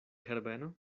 herbeno